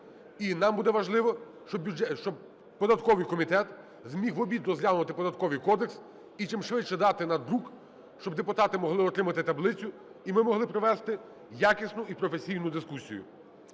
і нам буде важливо, щоб податковий комітет зміг в обід розглянути Податковий кодекс і чимшвидше дати на друк, щоб депутати змогли отримати таблицю, і ми могли провести якісну і професійну дискусію.